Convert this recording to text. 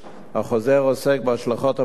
החוזר עוסק בהשלכות הבריאותיות